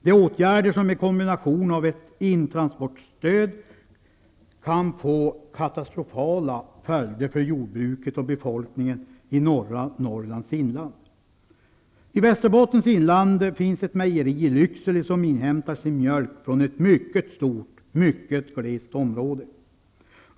Det är åtgärder som i kombination med ett intransportstöd kan få katastrofala följder för jordbruket och befolkningen i norra Norrlnds inland. I Västerbottens inland finns ett mejeri i Lycksele som inhämtar sin mjölk från ett mycket stort och mycket glest område.